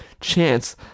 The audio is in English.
chance